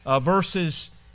verses